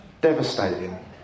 devastating